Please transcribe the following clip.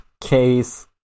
Case